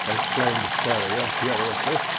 exclaimed ferrier furiously,